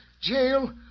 jail